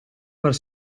per